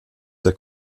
der